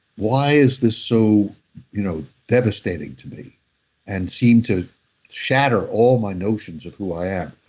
why is this so you know devastating to me and seemed to shatter all my notions of who i am?